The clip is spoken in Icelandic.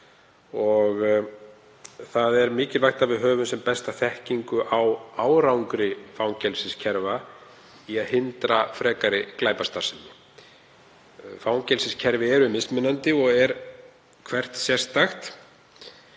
þá. Það er mikilvægt að við höfum sem besta þekkingu á árangri fangelsiskerfa í að hindra frekari glæpastarfsemi. Fangelsi eru mismunandi og er hvert sérstakt